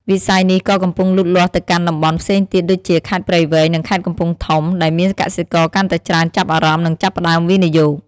វិស័យនេះក៏កំពុងលូតលាស់ទៅកាន់តំបន់ផ្សេងទៀតដូចជា ខេត្តព្រៃវែង និងខេត្តកំពង់ធំ ដែលមានកសិករកាន់តែច្រើនចាប់អារម្មណ៍និងចាប់ផ្តើមវិនិយោគ។